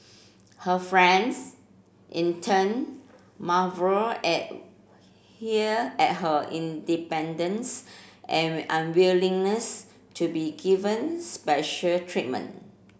her friends in turn marvelled at here at her independence and unwillingness to be given special treatment